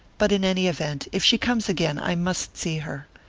but in any event, if she comes again, i must see her.